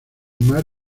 mar